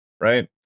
right